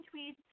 tweets